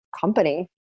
company